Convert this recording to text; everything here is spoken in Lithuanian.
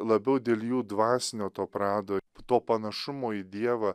labiau dėl jų dvasinio to prado to panašumo į dievą